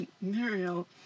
Muriel